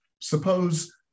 Suppose